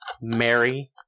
Mary